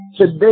Today